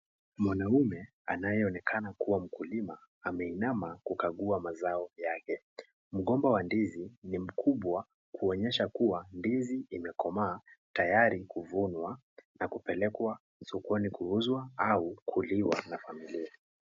Mwanaume anayeonekana kuwa mkulima ameinama kukagua mazao yake. Mgomba wa ndizi ni mkubwa kuonyesha kuwa ndizi imekomaa tayari kuvunwa na kupelekwa sokoni kuuzwa au kuliwa na familia.